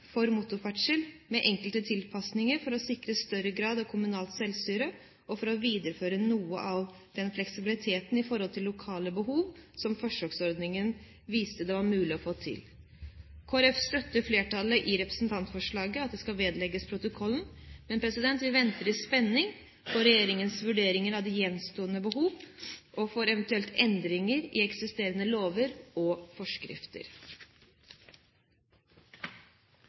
for motorferdsel, med enkelte tilpasninger for å sikre større grad av kommunalt selvstyre og for å videreføre noe av den fleksibiliteten i forhold til lokale behov som forsøksordningen viste det var mulig å få til. Kristelig Folkeparti støtter flertallet i at representantforslaget vedlegges protokollen, og vi venter i spenning på regjeringens vurdering av de gjenstående behov for eventuelle endringer i eksisterende lover og forskrifter.